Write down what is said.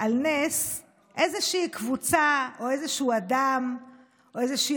על נס איזושהי קבוצה או איזשהו אדם או איזושהי